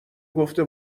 گفته